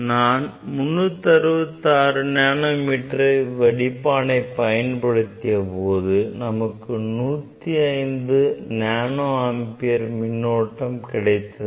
நாம் 366 நானோமீட்டர் வடிப்பானை பயன்படுத்தியபோது நமக்கு 105 நானோ ஆம்பியர் மின்னோட்டம் கிடைத்தது